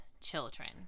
children